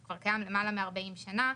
שכבר קיים למעלה מ-40 שנה.